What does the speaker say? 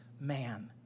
man